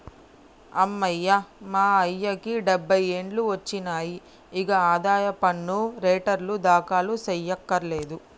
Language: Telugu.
అమ్మయ్య మా అయ్యకి డబ్బై ఏండ్లు ఒచ్చినాయి, ఇగ ఆదాయ పన్ను రెటర్నులు దాఖలు సెయ్యకర్లేదు